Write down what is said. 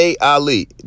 Ali